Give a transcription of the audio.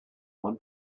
one